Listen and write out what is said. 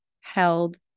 held